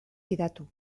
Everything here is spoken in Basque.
fidatu